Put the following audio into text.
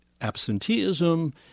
absenteeism